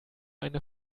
eine